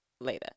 later